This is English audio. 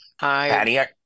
Hi